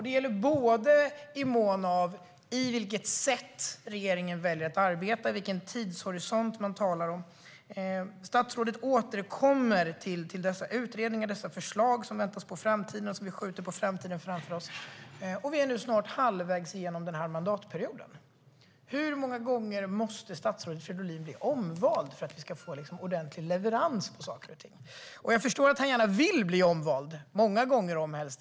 Det gäller både på vilket sätt regeringen väljer att arbeta och vilken tidshorisont som man talar om. Statsrådet återkommer till dessa utredningar och förslag som skjuts på framtiden, och vi är nu snart halvvägs genom den här mandatperioden. Hur många gånger måste statsrådet Fridolin bli omvald för att det ska bli en ordentlig leverans av saker och ting? Jag förstår att han gärna vill bli omvald, helst många gånger om.